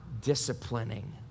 disciplining